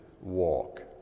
walk